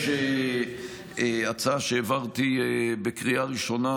יש הצעה שהעברתי בקריאה ראשונה,